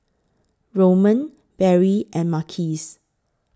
Roman Berry and Marquise